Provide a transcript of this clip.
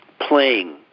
playing